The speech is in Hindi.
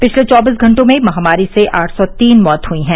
पिछले चौबीस घंटों में महामारी से आठ सौ तीन मौत हुई हैं